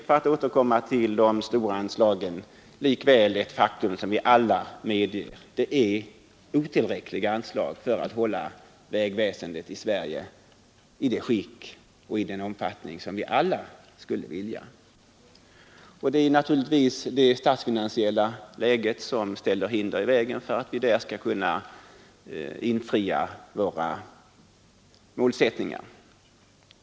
För att återkomma till de stora anslagen är det likväl ett faktum att anslagen är otillräckliga för att hålla vägväsendet i Sverige i det skick som vi alla skulle vilja ha och bygga ut det till den omfattning som är önskvärd. Det statsfinansiella läget lägger hinder i vägen för att vi skulle kunna infria våra målsättningar.